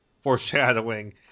Foreshadowing